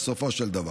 בסופו של דבר.